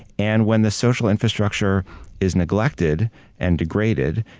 and when the social infrastructure is neglected and degraded,